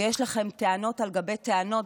ויש לכם טענות על גבי טענות,